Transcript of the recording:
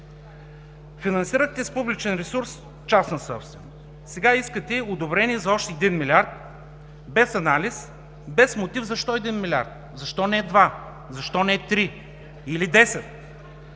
Финансирате с публичен ресурс частна собственост. Сега искате одобрение за още 1 млрд. лв., без анализ, без мотив защо искате 1 милиард. А защо не 2, защо не 3 или 10